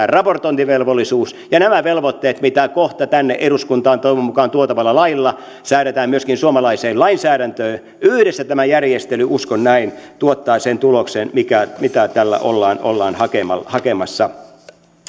raportointivelvollisuus ja nämä velvoitteet mitä kohta tänne eduskuntaan toivon mukaan tuotavalla lailla säädetään myöskin suomalaiseen lainsäädäntöön yhdessä tämä järjestely uskon näin tuottaa sen tuloksen mitä tällä ollaan ollaan hakemassa hakemassa